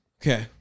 Okay